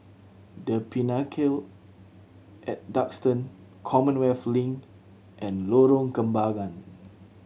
The Pinnacle At Duxton Commonwealth Link and Lorong Kembagan